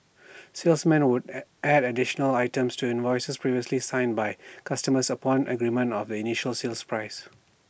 salesmen would add additional items to invoices previously signed by customers upon agreement on the initial sale prices